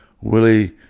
Willie